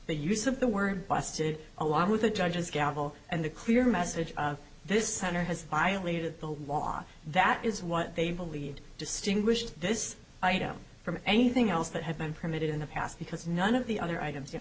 the use of the word busted along with a judge's gavel and a clear message this center has violated the law that is what they believe distinguished this item from anything else that had been permitted in the past because none of the other items y